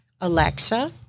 Alexa